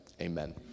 amen